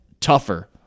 tougher